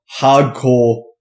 hardcore